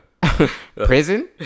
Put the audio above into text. Prison